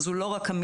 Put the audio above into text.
אז זה לא רק מיליון.